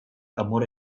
amore